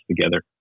together